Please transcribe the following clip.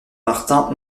martin